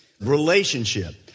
relationship